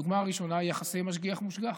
הדוגמה הראשונה היא יחסי משגיח מושגח,